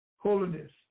Holiness